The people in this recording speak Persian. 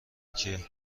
کیه